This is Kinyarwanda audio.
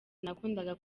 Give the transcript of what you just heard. nakundaga